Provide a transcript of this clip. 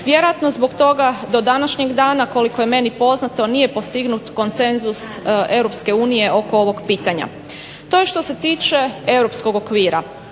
Vjerojatno zbog toga do današnjeg dana, koliko je meni poznato nije postignut konsenzus EU oko ovog pitanja. To je što se tiče europskog okvira.